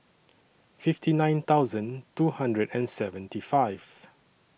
fifty nine thousand two hundred and seventy five